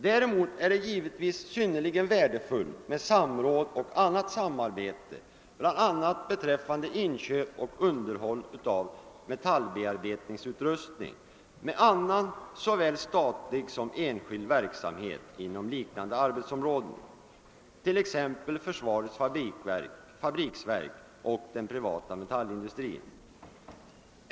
Däremot är det givetvis synnerligen värdefullt med samråd och annat samarbete, bl.a. beträffande inköp och underhåll av metallbearbetningsutrustning, med annan såväl statlig som enskild verksamhet inom liknande arbetsområden, t.ex. försvarets fabriksverk och den privata metallindustrin.